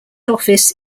office